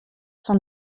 fan